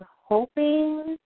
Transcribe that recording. hoping